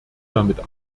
damit